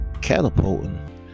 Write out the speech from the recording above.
catapulting